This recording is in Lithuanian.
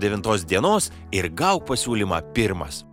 devintos dienos ir gauk pasiūlymą pirmas